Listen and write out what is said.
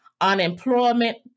unemployment